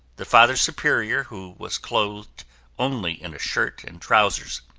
the father superior who was clothed only in a shirt and trousers,